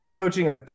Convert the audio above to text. coaching